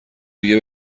دیگه